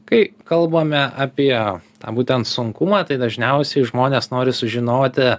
kai kalbame apie tą būtent sunkumą tai dažniausiai žmonės nori sužinoti